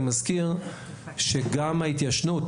אני מזכיר שגם ההתיישנות,